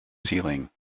ceiling